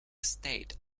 estate